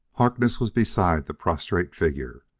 harkness was beside the prostrate figure.